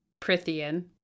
prithian